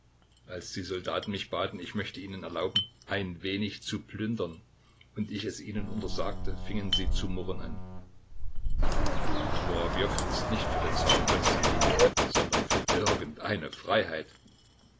als die soldaten mich baten ich möchte ihnen erlauben ein wenig zu plündern und ich es ihnen untersagte fingen sie zu murren an murawjow ist nicht für den zaren konstantin sondern für irgendeine freiheit